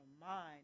mind